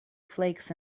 flakes